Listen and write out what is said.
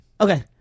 Okay